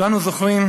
כולנו זוכרים,